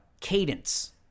cadence